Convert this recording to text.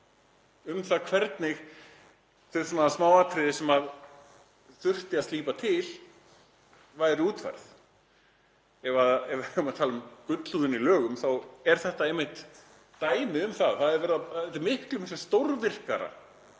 það hvernig þau smáatriði sem þurfti að slípa til væru útfærð. Ef við tölum um gullhúðun í lögum þá er þetta einmitt dæmi um það. Þetta er miklu stórvirkara